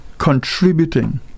contributing